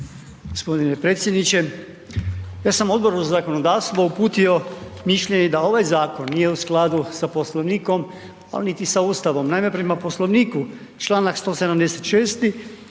Gospodine predsjedniče, ja sam Odboru za zakonodavstvo uputio mišljenje da ovaj zakon nije u skladu sa Poslovnikom, a niti sa Ustavom.